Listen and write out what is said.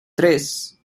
tres